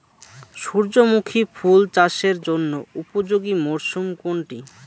সূর্যমুখী ফুল চাষের জন্য উপযোগী মরসুম কোনটি?